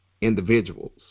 individuals